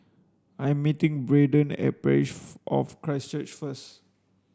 I meeting Braedon at Parish of Christ Church first